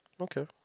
Okay